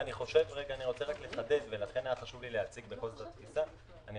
אני רק רוצה לחדד ולכן היה לי חשוב להציג את התפיסה: עם